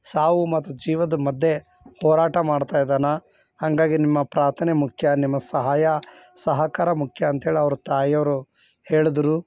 ಸಾವು ಮತ್ತು ಜೀವದ ಮಧ್ಯೆ ಹೋರಾಟ ಮಾಡ್ತಾಯಿದ್ದಾನೆ ಹಂಗಾಗಿ ನಿಮ್ಮ ಪ್ರಾರ್ಥನೆ ಮುಖ್ಯ ನಿಮ್ಮ ಸಹಾಯ ಸಹಕಾರ ಮುಖ್ಯ ಅಂತ್ಹೇಳಿ ಅವ್ರ ತಾಯಿಯವರು ಹೇಳಿದ್ರು